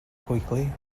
quickly